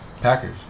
Packers